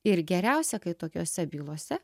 ir geriausia kai tokiose bylose